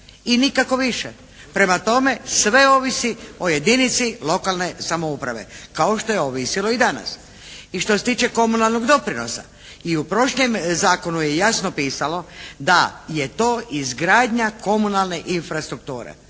i nikako više. Prema tome sve ovisi o jedinici lokalne samouprave kao što je ovisilo i danas. I što se tiče komunalnog doprinosa i u prošlom zakonu je jasno pisalo da je to izgradnja komunalne infrastrukture.